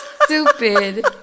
stupid